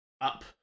up